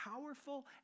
powerful